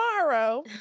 tomorrow